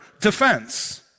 defense